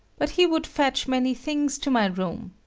but he would fetch many things to my room.